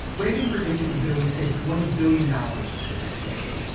reagan predicted the bill would save one billion dollars over the next decade.